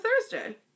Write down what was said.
Thursday